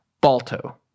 Balto